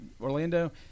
Orlando